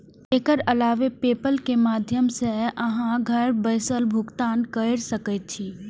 एकर अलावे पेपल के माध्यम सं अहां घर बैसल भुगतान कैर सकै छी